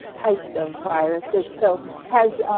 types of viruses so has,